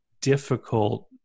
difficult